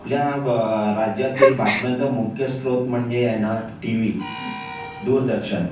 आपल्या राज्यातील बातम्याचं मुख्य स्रोत म्हणजे आहे ना टी व्ही दूरदर्शन